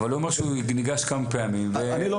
אבל הוא אומר שהוא ניגש כמה פעמים ולא